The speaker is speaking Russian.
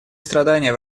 страдания